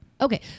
Okay